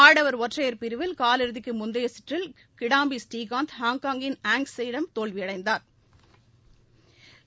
ஆடவர் ஒற்றையர் பிரிவில் காலிறுதிக்குமுந்தையகற்றில் கிடாம்பி ஸ்ரீகாந்த் ஹாங்காங்கின் அங்கஸ் யிடம் தோல்வியடைந்தாா்